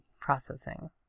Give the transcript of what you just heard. Processing